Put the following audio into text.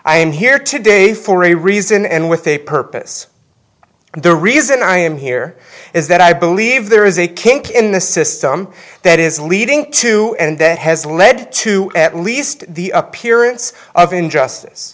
i am here today for a reason and with a purpose and the reason i am here is that i believe there is a kink in the system that is leading to and that has led to at least the appearance of injustice